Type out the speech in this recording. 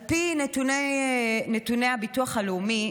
על פי נתונים הביטוח הלאומי,